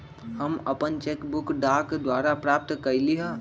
हम अपन cheque book डाक द्वारा प्राप्त कईली ह